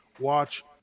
watch